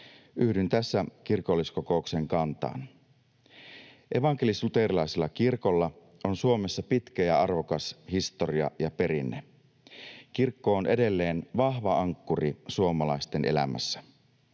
Yhdyn tässä kirkolliskokouksen kantaan. Evankelis-luterilaisella kirkolla on Suomessa pitkä ja arvokas historia ja perinne. Kirkko on edelleen vahva ankkuri suomalaisten elämässä.